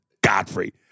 Godfrey